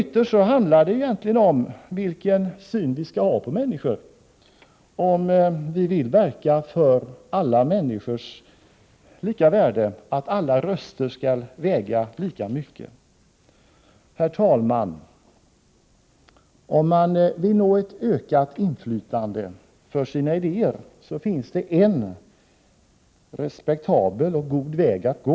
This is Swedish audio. Ytterst handlar det ju egentligen om vilken syn vi skall ha på människorna — om vi vill verka för alla människors lika värde, för att alla röster skall väga lika mycket. Herr talman! Om man vill uppnå ett ökat inflytande med sina idéer, finns det en respektabel och god väg att gå.